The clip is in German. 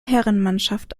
herrenmannschaft